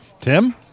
Tim